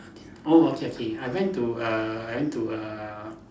oh okay okay I went to err I went to err